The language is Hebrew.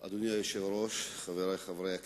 על בעיות שאנחנו חיים אתן במדינה הזאת בין שני העמים,